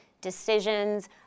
decisions